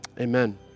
Amen